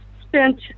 spent